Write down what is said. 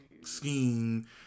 scheme